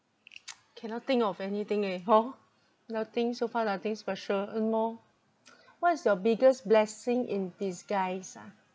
cannot think of anything leh hor nothing so far nothing special um orh what is your biggest blessing in disguise ah